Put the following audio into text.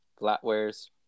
flatwares